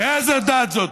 איזו דת זאת?